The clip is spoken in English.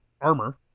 armor